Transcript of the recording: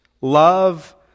love